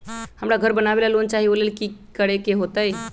हमरा घर बनाबे ला लोन चाहि ओ लेल की की करे के होतई?